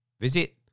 Visit